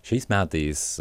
šiais metais